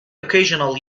occasional